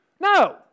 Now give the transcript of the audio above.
No